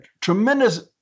tremendous